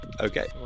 Okay